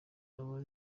aba